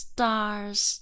Stars